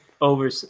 over